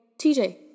TJ